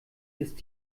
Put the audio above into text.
ist